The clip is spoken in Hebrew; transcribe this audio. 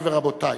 מורי ורבותי,